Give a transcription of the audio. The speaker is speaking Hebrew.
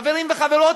חברים וחברות,